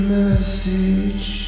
message